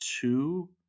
two